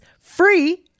free